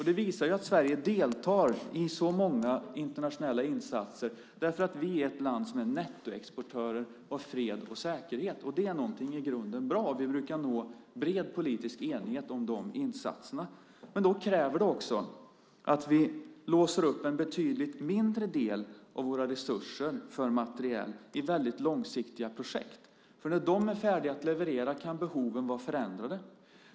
Det visar att Sverige deltar i så många internationella insatser, därför att vi är ett land som är nettoexportör av fred och säkerhet, och det är någonting i grunden bra. Vi brukar nå bred politisk enighet om de insatserna. Men då krävs också att vi låser upp en betydligt mindre del av våra resurser för materiel i väldigt långsiktiga projekt, för när de är färdiga att leverera kan behoven vara förändrade.